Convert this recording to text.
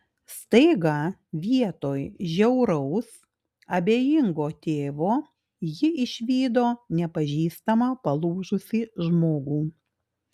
staiga vietoj žiauraus abejingo tėvo ji išvydo nepažįstamą palūžusį žmogų